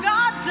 God